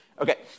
Okay